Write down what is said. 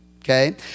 Okay